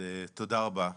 תודה רבה.